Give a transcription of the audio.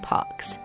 Parks